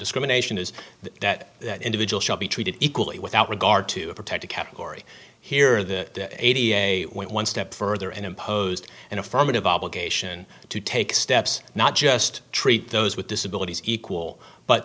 discrimination is that that individual should be treated equally without regard to a protected category here the a t a i went one step further and imposed an affirmative obligation to take steps not just treat those with disabilities equal but